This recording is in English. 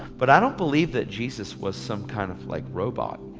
but i don't believe that jesus was some kind of like robot.